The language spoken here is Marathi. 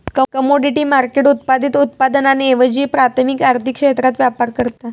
कमोडिटी मार्केट उत्पादित उत्पादनांऐवजी प्राथमिक आर्थिक क्षेत्रात व्यापार करता